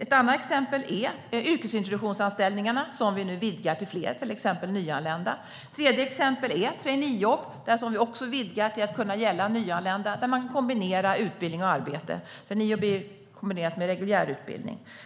Ett annat exempel är yrkesintroduktionsanställningarna, som vi nu vidgar till fler, till exempel nyanlända. Ett tredje exempel är traineejobben, som vi också vidgar till att kunna gälla nyanlända. Där kombinerar man reguljär utbildning och arbete.